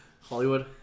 Hollywood